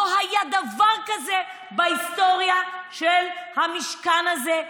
לא היה דבר כזה בהיסטוריה של המשכן הזה,